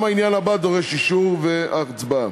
גם העניין הזה דורש אישור והצבעה.